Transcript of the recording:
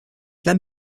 then